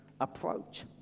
approach